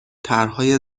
طرحهای